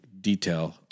detail